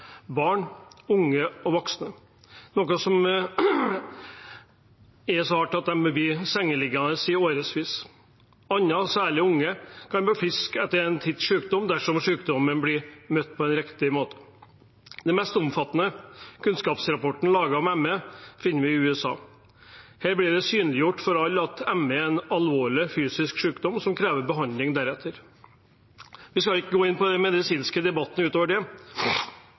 barn, unge og voksne. Noen rammes så hardt at de blir sengeliggende i årevis. Andre, særlig unge, kan bli friske etter en tids sykdom dersom sykdommen blir møtt på en riktig måte. Den mest omfattende kunnskapsrapporten laget om ME, finner vi i USA. Her blir det synliggjort for alle at ME er en alvorlig fysisk sykdom som krever behandling deretter. Vi skal ikke gå inn på den medisinske debatten ut over det.